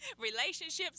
Relationships